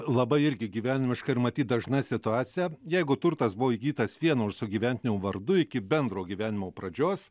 labai irgi gyvenimiška ir matyt dažna situacija jeigu turtas buvo įgytas vieno iš sugyventinio vardu iki bendro gyvenimo pradžios